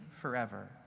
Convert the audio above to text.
forever